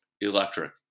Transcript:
electric